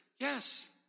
yes